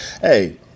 Hey